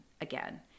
again